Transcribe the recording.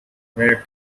where